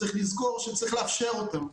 צריך לזכור שצריך לאפשר אותם,